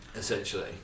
Essentially